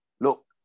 look